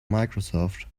microsoft